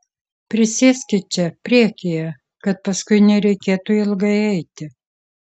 prisėskit čia priekyje kad paskui nereikėtų ilgai eiti